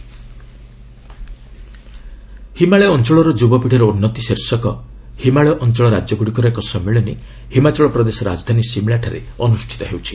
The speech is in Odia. ଏଚ୍ପି କନ୍କ୍ଲେଭ୍ ହିମାଳୟ ଅଞ୍ଚଳର ଯୁବପିଢ଼ିର ଉନ୍ନତି ଶୀର୍ଷକ ହିମାଳୟ ଅଞ୍ଚଳ ରାଜ୍ୟଗୁଡ଼ିକର ଏକ ସମ୍ମିଳନୀ ହିମାଚଳ ପ୍ରଦେଶର ରାଜଧାନୀ ସିମ୍ଳାଠାରେ ଅନୁଷ୍ଠିତ ହେଉଛି